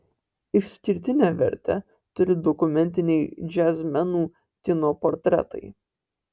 išskirtinę vertę turi dokumentiniai džiazmenų kino portretai